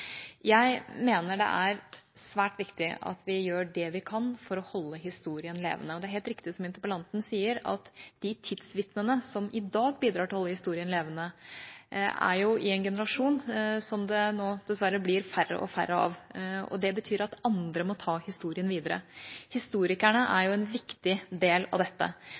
Jeg mener det er svært viktig at vi gjør det vi kan for å holde historien levende. Det er helt riktig, som interpellanten sier, at de tidsvitnene som i dag bidrar til å holde historien levende, er i en generasjon som det nå dessverre blir færre og færre av, og det betyr at andre må ta historien videre. Historikerne er jo en viktig del av dette,